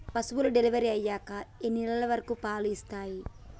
పశువులు డెలివరీ అయ్యాక ఎన్ని నెలల వరకు పాలు ఇస్తాయి?